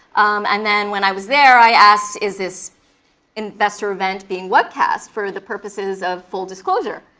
and then when i was there i asked, is this investor event being webcast for the purposes of full disclosure?